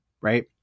right